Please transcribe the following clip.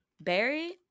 berry